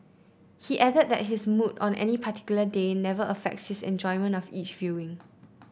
he added that his mood on any particular day never affects his enjoyment of each viewing